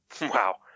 Wow